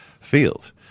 field